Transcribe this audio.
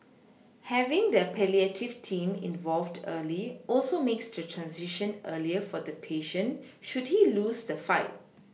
having the palliative team involved early also makes the transition easier for the patient should he lose the fight